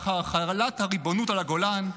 לאחר החלת הריבונות על הגולן,